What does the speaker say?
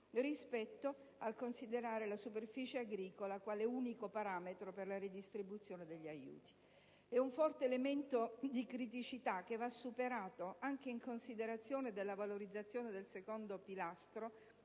rispetto al considerare la superficie agricola quale unico parametro per la redistribuzione degli aiuti. È un forte elemento di criticità che va superato, anche in considerazione della valorizzazione del secondo pilastro